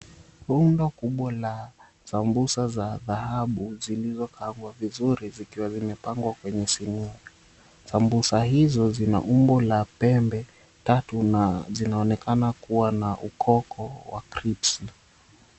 Rundo kubwa la sambusa za dhahabu zilizokaangwa vizuri zikiwa zimepangwa kwenye sinia. Sambusa hizo zina umbo la pembe tatu na zinaonekana kuwa na ukoko wa kripsi .